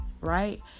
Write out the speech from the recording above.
right